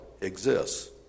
exists